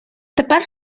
тепер